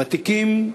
ותיקים,